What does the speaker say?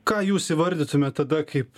ką jūs įvardytumėt tada kaip